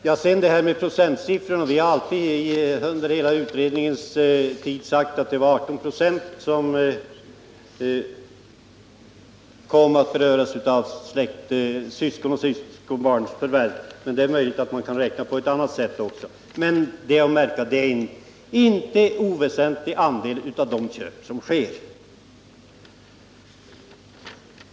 När det gäller detta med procentsiffror har vi hela tiden under utredningsarbetet sagt att det var 18 26 som kom att beröras av syskons och syskonbarns förvärv. Det är möjligt att man kan räkna på ett annat sätt, men det är att märka att det är en inte oväsentlig andel av de köp som sker.